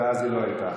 אז לא הייתה,